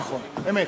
נכון, אמת.